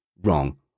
wrong